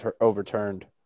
overturned